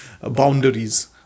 boundaries